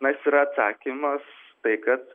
na jis yra atsakymas tai kad